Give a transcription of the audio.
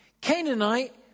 Canaanite